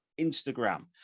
instagram